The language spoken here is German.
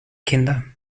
kinder